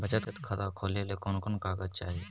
बचत खाता खोले ले कोन कोन कागज चाही?